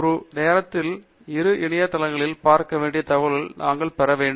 ஒரே நேரத்தில் இரு இணையதளங்களிலும் பார்க்க வேண்டிய தகவலை நாங்கள் பெற வேண்டும்